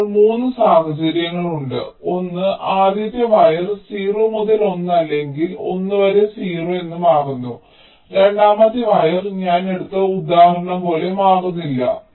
ഇപ്പോൾ 3 സാഹചര്യങ്ങളുണ്ട് ഒന്ന് ആദ്യത്തെ വയർ 0 മുതൽ 1 അല്ലെങ്കിൽ 1 വരെ 0 എന്ന് മാറുന്നു രണ്ടാമത്തെ വയർ ഞാൻ എടുത്ത ഉദാഹരണം പോലെ മാറുന്നില്ല